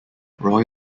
roy